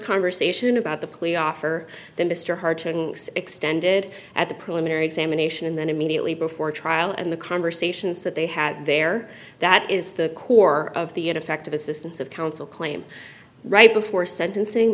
conversation about the plea offer that mr hartington extended at the preliminary examination and then immediately before trial and the conversations that they had there that is the core of the ineffective assistance of counsel claim right before sentencing